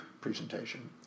presentation